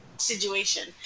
situation